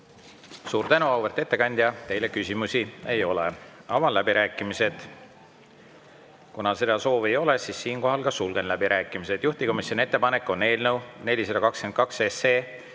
Suur tänu, auväärt ettekandja! Teile küsimusi ei ole. Avan läbirääkimised. Kuna seda soovi ei ole, siis sulgen läbirääkimised. Juhtivkomisjoni ettepanek on eelnõu 422